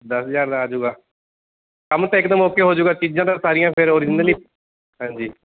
ਦਸ ਹਜ਼ਾਰ ਦਾ ਆਜੂਗਾ ਕੰਮ ਤਾਂ ਇਕਦਮ ਓਕੇ ਹੋਜੂਗਾ ਚੀਜ਼ਾਂ ਤਾਂ ਸਾਰੀਆਂ ਫਿਰ ਔਰਿਜਨਲ ਹੀ ਹਾਂਜੀ